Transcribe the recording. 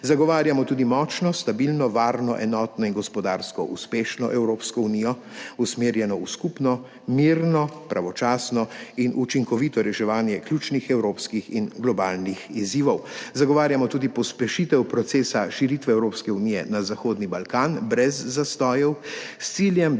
Zagovarjamo tudi močno, stabilno, varno, enotno in gospodarsko uspešno Evropsko unijo, usmerjeno v skupno, mirno, pravočasno in učinkovito reševanje ključnih evropskih in globalnih izzivov. Zagovarjamo tudi pospešitev procesa širitve Evropske unije na Zahodni Balkan brez zastojev, s ciljem, da